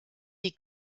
die